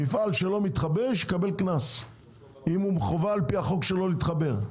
מפעל שלא מתחבר שיקבל קנס אם חובה לפי החוק שיתחבר.